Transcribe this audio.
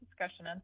discussion